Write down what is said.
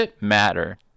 matter